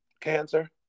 cancer